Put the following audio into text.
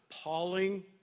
appalling